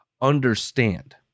understand